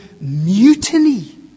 mutiny